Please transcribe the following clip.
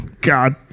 God